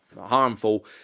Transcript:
harmful